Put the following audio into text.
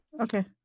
Okay